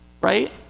Right